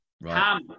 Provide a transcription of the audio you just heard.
right